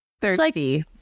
Thirsty